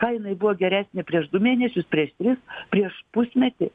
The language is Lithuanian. ką jinai buvo geresnė prieš du mėnesius prieš tris prieš pusmetį